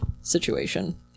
situation